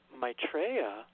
Maitreya